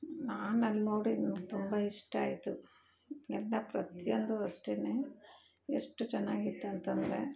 ನಾನು ಅಲ್ಲಿ ನೋಡಿದ್ನು ತುಂಬ ಇಷ್ಟ ಆಯಿತು ಎಲ್ಲ ಪ್ರತಿಯೊಂದು ಅಷ್ಟೇ ಎಷ್ಟು ಚೆನ್ನಾಗಿತ್ತು ಅಂತಂದರೆ